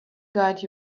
guide